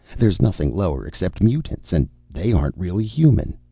there's nothing lower except mutants, and they aren't really human.